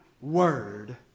Word